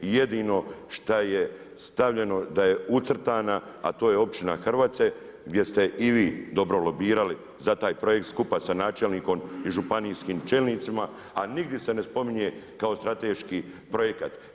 Jedino šta je stavljeno da ucrtana, a to je općina Hrvace gdje ste i vi dobro lobirali za taj projekt skupa sa načelnikom i županijskim čelnicima, a nigdje se ne spominje kao strateški projekat.